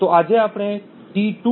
તો આજે આપણે t2